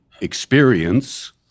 experience